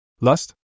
Lust